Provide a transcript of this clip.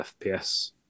FPS